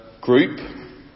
group